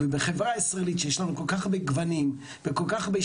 בחברה הישראלית בה יש הרבה גוונים ושבטים,